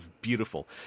beautiful